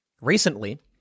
recently